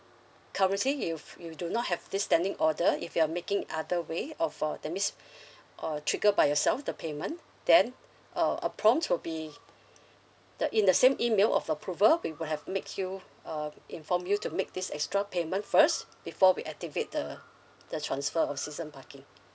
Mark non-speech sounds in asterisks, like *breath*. currently you if you do not have this standing order if you're making other way of uh that means *breath* uh triggered by yourself the payment then uh a prompt will be the in the same email of approval we will have make you uh inform you to make this extra payment first before we activate the the transfer of season parking